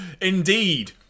indeed